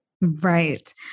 Right